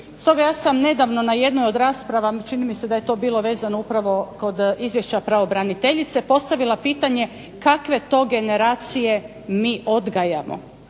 Stoga ja sam nedavno na jednoj od rasprava, čini mi se da je to bilo vezano upravo kod izvješća pravobraniteljice, postavila pitanje kakve to generacije mi odgajamo,